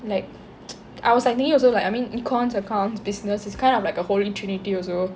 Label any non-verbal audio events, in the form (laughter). like (noise) I was like thinking also like I mean econs~ account~ business is kind of like a holy trinity also